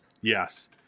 yes